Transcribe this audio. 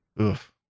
Oof